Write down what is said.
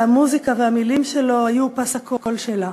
שהמוזיקה והמילים שלו היו פס הקול שלהן.